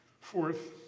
Fourth